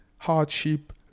hardship